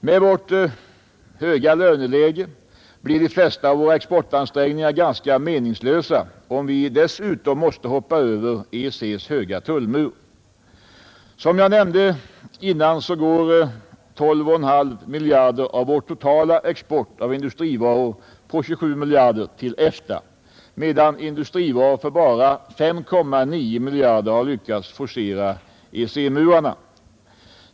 Med vårt höga löneläge blir de flesta av våra exportansträngningar ganska meningslösa, om vi dessutom måste hoppa över EEC:s höga tullmur. Som jag nämnde förut, går 12,5 miljarder av vår totala export av industrivaror på 27 miljarder till EFTA, medan industrivaror för bara 5,9 miljarder har lyckats forcera EEC-murarna.